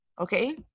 okay